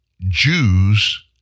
Jews